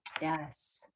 Yes